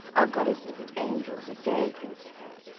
our goddesses and angels and fairy princesses,